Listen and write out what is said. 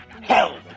help